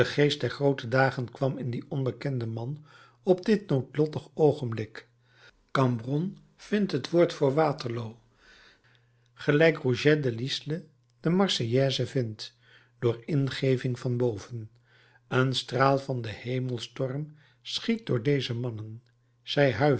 geest der groote dagen kwam in dien onbekenden man op dit noodlottig oogenblik cambronne vindt het woord voor waterloo gelijk rouget de l'isle de marseillaise vindt door ingeving van boven een straal van den hemelstorm schiet door deze mannen zij